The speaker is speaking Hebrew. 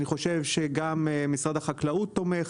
אני חושב שגם משרד החקלאות תומך.